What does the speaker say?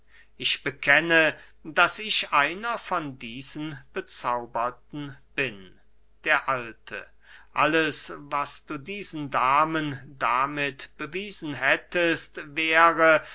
ich bekenne daß ich einer von diesen bezauberten bin der alte alles was du diesen damen damit bewiesen hättest wäre